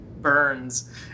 burns